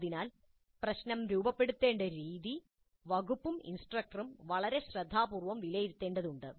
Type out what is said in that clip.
അതിനാൽ പ്രശ്നം രൂപപ്പെടുത്തുന്ന രീതി വകുപ്പും ഇൻസ്ട്രക്ടറും വളരെ ശ്രദ്ധാപൂർവ്വം വിലയിരുത്തേണ്ടതുണ്ട്